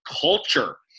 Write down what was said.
culture